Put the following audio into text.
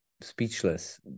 speechless